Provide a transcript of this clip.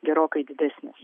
gerokai didesnis